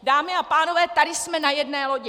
Dámy a pánové, tady jsme na jedné lodi.